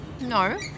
No